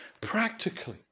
practically